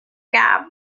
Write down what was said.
gap